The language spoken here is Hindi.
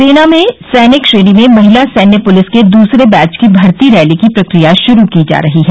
सेना में सैनिक श्रेणी में महिला सैन्य पूलिस के दूसरे बैच की भर्ती रैली की प्रक्रिया श्रू की जा रही है